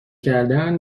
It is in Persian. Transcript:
کردن